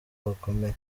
bakomeye